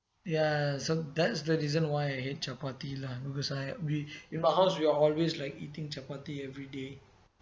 ya so that's the reason why I hate chapati lah because I we in my house we are always like eating chapati every day